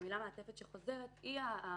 המילה "מעטפת" שחוזרת, היא המעטפת